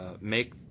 make